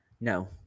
No